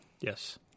Yes